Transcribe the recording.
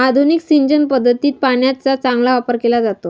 आधुनिक सिंचन पद्धतीत पाण्याचा चांगला वापर केला जातो